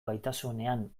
gaitasunean